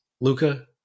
Luca